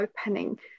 opening